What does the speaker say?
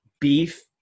beef